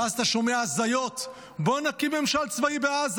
ואז אתה שומע הזיות: בואו נקים ממשל צבאי בעזה.